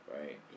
Right